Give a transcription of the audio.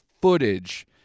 footage